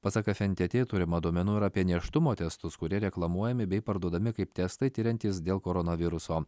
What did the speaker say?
pasak fntt turima duomenų ir apie nėštumo testus kurie reklamuojami bei parduodami kaip testai tiriantys dėl koronaviruso